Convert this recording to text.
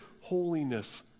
holiness